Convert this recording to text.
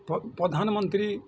ପ୍ରଧାନମନ୍ତ୍ରୀ